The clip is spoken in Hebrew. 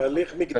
כהליך מקדמי,